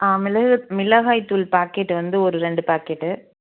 ஆ மிளகுத் மிளகாய் தூள் பாக்கெட் வந்து ஒரு ரெண்டு பாக்கெட்டு